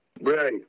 Right